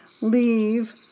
leave